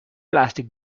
plastic